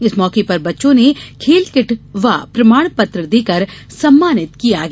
इस मौके पर बच्चों को खेल किट व प्रमाण पत्र देकर सम्मानित किया गया